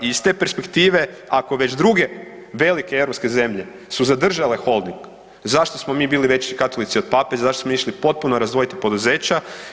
Iz te perspektive ako već druge velike europske zemlje su zadržale holding zašto smo mi bili veći katolici od pape, zašto smo mi išli potpuno razdvojiti poduzeća?